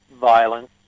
violence